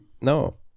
No